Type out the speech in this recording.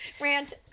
rant